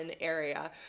area